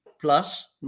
plus